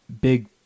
Big